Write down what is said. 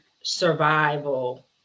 survival